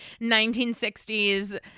1960s